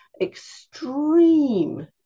extreme